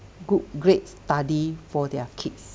good grades study for their kids